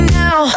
now